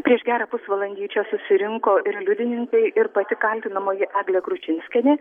prieš gerą pusvalandį čia susirinko ir liudininkai ir pati kaltinamoji eglė kručinskienė